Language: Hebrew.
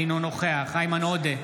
אינו נוכח איימן עודה,